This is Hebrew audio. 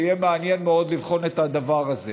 זה יהיה מעניין מאוד לבחון את הדבר הזה.